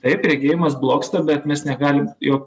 taip regėjimas blogsta bet mes negalim jo